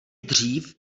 dřív